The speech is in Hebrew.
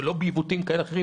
ולא בעיוותים כאלה ואחרים,